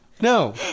no